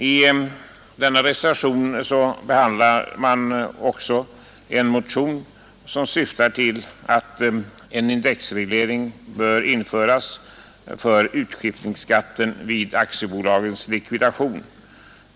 I betänkandet behandlas även en motion som syftar till införande av indexreglering vid beräkning av utskiftningsskatten vid aktiebolags likvidation.